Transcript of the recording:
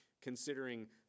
considering